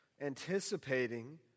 anticipating